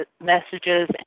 messages